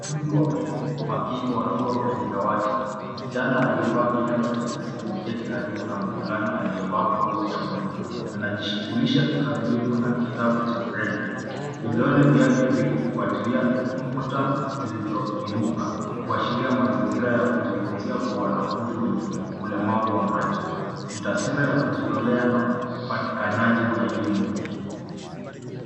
Wanafunzi wawili makini wakiwa kwenye dawati. Msichana aliyevaa kulemba cha pasi ameketi karibu na mvulana aliyevaa nguo ya buluu. Anajishughulisha kikamilifu na kitabu cha (cs) braille(cs). Vidole vyake vikifuatilia nukta zilizoinuka kuashiria mazingira ya kujifunzia kwa wanafunzi kwenye ulemavu wa macho. Ni taswira wa kujitolea na upatikanaji wa elimu.